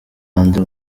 andre